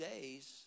days